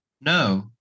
no